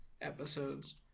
episodes